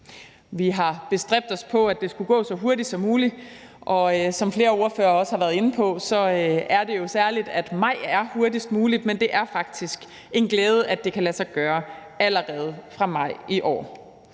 Vi har bestræbt os på, at det skulle gå så hurtigt som muligt, og som flere ordførere også har været inde på, er det jo særligt, at maj er hurtigst muligt, men det er faktisk en glæde, at det kan lade sig gøre allerede fra maj i år.